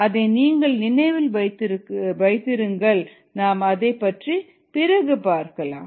அதை நீங்கள் நினைவில் வைத்திருங்கள் நாம் அதைப் பற்றி பிறகு பார்க்கலாம்